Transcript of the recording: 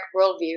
worldview